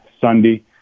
Sunday